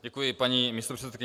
Děkuji, paní místopředsedkyně.